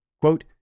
Quote